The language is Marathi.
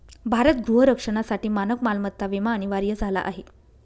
भारत गृह रक्षणासाठी मानक मालमत्ता विमा अनिवार्य झाला आहे